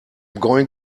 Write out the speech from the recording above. going